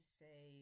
say